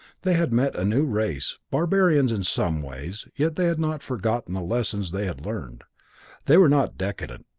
they had met a new race, barbarians in some ways, yet they had not forgotten the lessons they had learned they were not decadent.